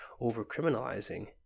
over-criminalizing